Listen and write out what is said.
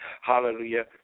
hallelujah